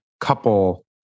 couple